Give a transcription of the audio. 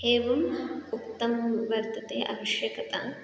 एवम् उक्तं वर्तते अक्षकता